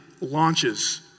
launches